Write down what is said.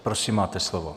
Prosím, máte slovo.